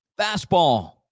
fastball